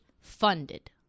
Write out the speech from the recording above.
funded